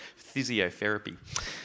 physiotherapy